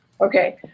Okay